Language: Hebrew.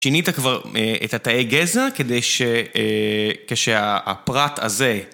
שינית כבר את התאי גזע כדי שכשהפרט הזה